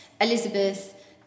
Elizabeth